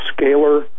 scalar